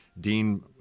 Dean